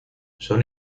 son